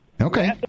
Okay